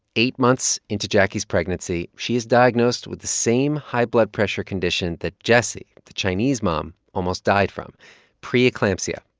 eight months into jacquie's pregnancy, she is diagnosed with the same high blood pressure condition that jessie, the chinese mom, almost died from pre-eclampsia.